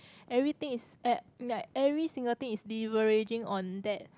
everything is like every single thing is leveraging on that